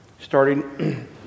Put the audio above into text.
starting